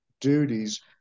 duties